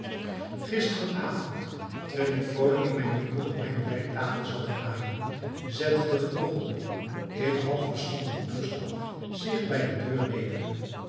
avond terwijl ik vrolijk in mijn winkel op mijne werktafel zat te naaijen zette de gebogchelde in half beschonken toestand zich bij de deur neder